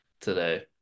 today